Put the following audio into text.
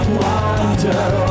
wonder